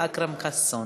אכרם חסון.